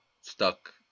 stuck